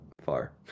far